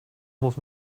muss